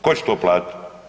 Ko će to platiti?